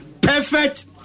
Perfect